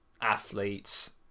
athletes